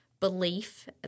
belief